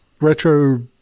retro